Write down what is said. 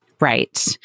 Right